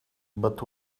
but